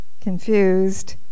confused